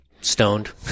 Stoned